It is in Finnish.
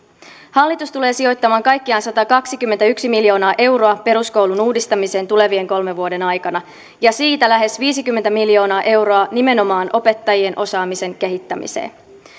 hallitus tulee sijoittamaan kaikkiaan satakaksikymmentäyksi miljoonaa euroa peruskoulun uudistamiseen tulevien kolmen vuoden aikana ja siitä lähes viisikymmentä miljoonaa euroa nimenomaan opettajien osaamisen kehittämiseen